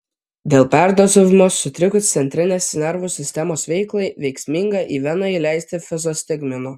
dėl perdozavimo sutrikus centrinės nervų sistemos veiklai veiksminga į veną įleisti fizostigmino